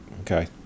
Okay